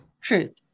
Truth